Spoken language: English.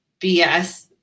BS